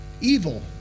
evil